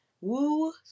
Woo